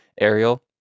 Ariel